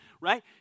right